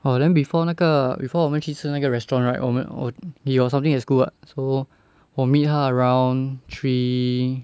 !wah! then before 那个 before 我们去吃那个 restaurant right 我们我 he got something at school so 我 meet 他 around three